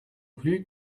plus